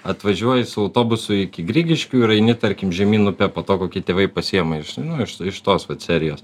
atvažiuoji su autobusu iki grigiškių ir eini tarkim žemyn upe po to kokie tėvai pasiima iš nu iš tos vat serijos